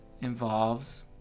involves